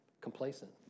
complacent